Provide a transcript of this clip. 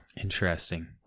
Interesting